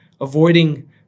avoiding